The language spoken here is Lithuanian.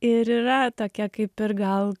ir yra tokia kaip ir gal